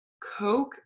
Coke